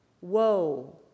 Woe